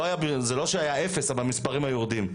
זה לא שהיה אפס, אבל המספרים היו יורדים.